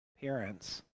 Parents